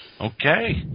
Okay